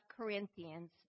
Corinthians